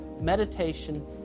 meditation